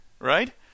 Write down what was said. right